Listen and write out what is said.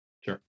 Sure